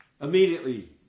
Immediately